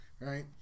right